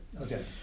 Okay